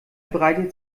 breitet